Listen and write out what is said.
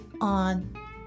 on